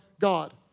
God